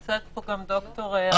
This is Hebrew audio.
למצוא את הפתרונות שלהם.